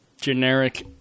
generic